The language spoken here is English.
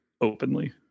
openly